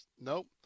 nope